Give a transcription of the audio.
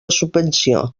subvenció